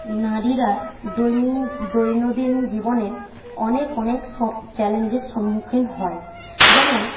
নারীরা দৈনিন দৈনন্দিন জীবনে অনেক অনেক চ্যালেঞ্জের সম্মুখীন হয় যেমন